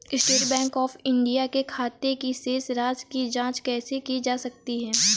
State Bank of India के खाते की शेष राशि की जॉंच कैसे की जा सकती है?